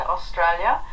Australia